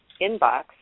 inbox